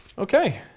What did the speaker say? okay,